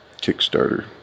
Kickstarter